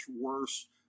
worse